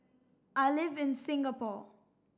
I live in Singapore